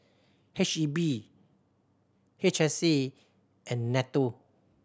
H E B H S A and NATO